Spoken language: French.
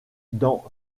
dans